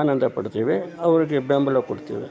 ಆನಂದ ಪಡ್ತೀವಿ ಅವರಿಗೆ ಬೆಂಬಲ ಕೊಡ್ತೀವಿ